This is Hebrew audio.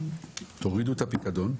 תורידו את הפיקדון.